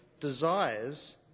desires